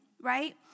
right